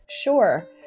Sure